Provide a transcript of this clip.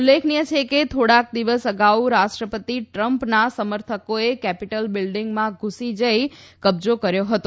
ઉલ્લેખનીય છે કે થોડા દિવસ અગાઉ રાષ્ટ્રપતિ ટ્રમ્પના સમર્થકોએ કેપીટલ બિલ્ડીંગમાં ધુસી જઇ કબજો કર્યો હતો